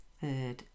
third